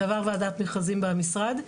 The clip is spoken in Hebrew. זה עבר ועדת מכרזים במשרד,